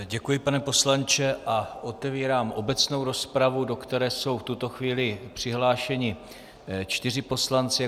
Děkuji, pane poslanče, a otevírám obecnou rozpravu, do které jsou v tuto chvíli přihlášeni čtyři poslanci.